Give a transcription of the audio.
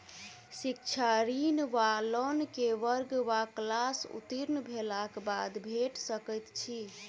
शिक्षा ऋण वा लोन केँ वर्ग वा क्लास उत्तीर्ण भेलाक बाद भेट सकैत छी?